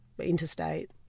interstate